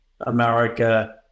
America